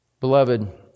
Beloved